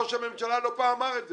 ראש הממשלה לא פעם אמר את זה,